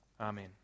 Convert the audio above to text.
Amen